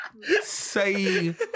Say